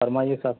فرمائیے صاحب